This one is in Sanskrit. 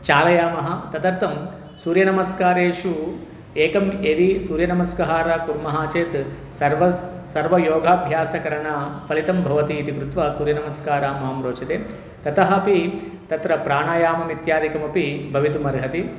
चालयामः तदर्थं सूर्यनमस्कारेषु एकं यदि सूर्यनमस्कारं कुर्मः चेत् सर्वे सर्वयोगाभ्यासकरणफलितं भवतीति कृत्वा सूर्यनमस्कारं मां रोचते ततः अपि तत्र प्राणायाममित्यादिकमपि भवितुमर्हति